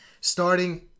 starting